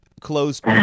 closed